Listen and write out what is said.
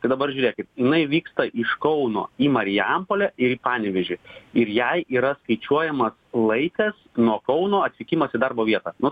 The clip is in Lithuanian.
tai dabar žiūrėkit jinai vyksta iš kauno į marijampolę ir į panevėžį ir jai yra skaičiuojamas laikas nuo kauno atvykimas į darbo vietą nu